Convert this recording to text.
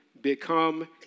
become